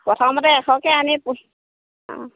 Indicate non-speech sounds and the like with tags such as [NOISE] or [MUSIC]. প্ৰথমতে এশকে আনি [UNINTELLIGIBLE] অঁ